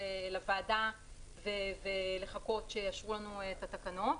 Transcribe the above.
לוועדה ולחכות שיאשרו לנו את התקנות.